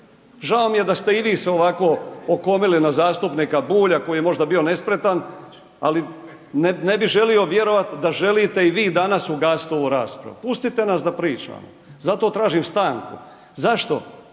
Žao mi je da ste i vi se ovako okomili na zastupnika Bulja koji je možda bio nespretan ali ne bi želio vjerovati da želite i vi danas ugasiti ovu raspravu. Pustite nas da pričamo. Zato tražim stanku. Zašto?